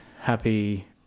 happy